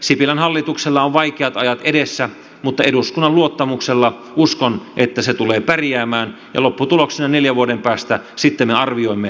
sipilän hallituksella on vaikeat ajat edessä mutta uskon että eduskunnan luottamuksella se tulee pärjäämään ja lopputuloksena neljän vuoden päästä me sitten arvioimme tuon kokonaisuuden